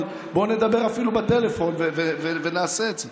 אבל בוא נדבר אפילו בטלפון ונעשה את זה.